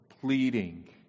pleading